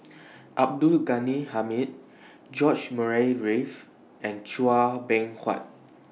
Abdul Ghani Hamid George Murray Reith and Chua Beng Huat